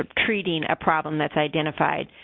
ah treating a problem that's identified.